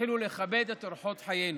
ותמשיכו לכבד את אורחות חיינו.